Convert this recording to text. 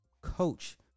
coach